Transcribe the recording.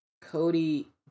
Cody